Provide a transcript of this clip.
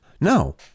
No